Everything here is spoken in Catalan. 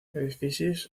edificis